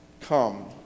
come